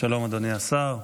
אדוני השר.